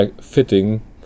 fitting